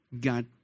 God